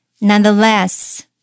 nonetheless